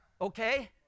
Okay